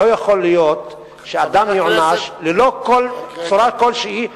לא יכול להיות שאדם יוענש ללא כל, כלשהי.